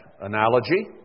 analogy